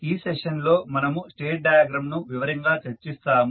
ఈ సెషన్లో మనము స్టేట్ డయాగ్రమ్ ను వివరంగా చర్చిస్తాము